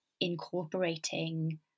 incorporating